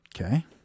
Okay